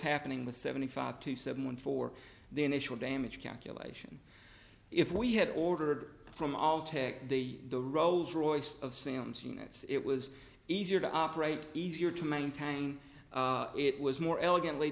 happening with seventy five to seventy one for the initial damage calculation if we had ordered from altec the the rolls royce of sam's units it was easier to operate easier to maintain it was more elegantly